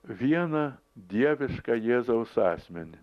vieną dievišką jėzaus asmenį